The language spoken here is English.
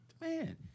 man